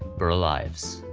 burl ives.